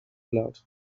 blood